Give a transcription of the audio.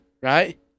right